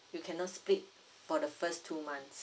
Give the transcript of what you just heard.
you cannot split for the first two months